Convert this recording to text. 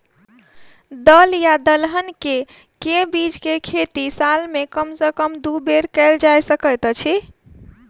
दल या दलहन केँ के बीज केँ खेती साल मे कम सँ कम दु बेर कैल जाय सकैत अछि?